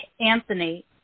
Anthony